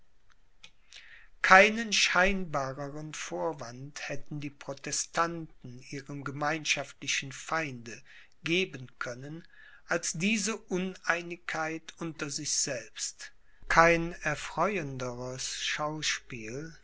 keinen scheinbarern vorwand hätten die protestanten ihrem gemeinschaftlichen feinde geben können als diese uneinigkeit unter sich selbst kein erfreuenderes schauspiel